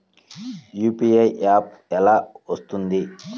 UPI app ఎలా వస్తుంది?